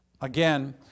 Again